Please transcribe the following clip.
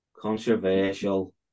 Controversial